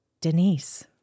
Denise